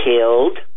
killed